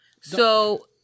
So-